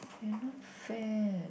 you not fair